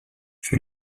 für